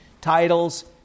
titles